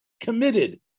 committed